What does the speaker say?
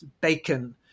bacon